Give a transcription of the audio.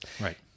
Right